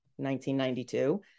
1992